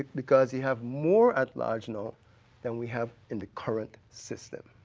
because you have more at-large now than we have in the current system.